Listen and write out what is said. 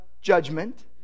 judgment